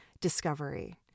discovery